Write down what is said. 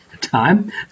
time